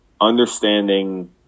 understanding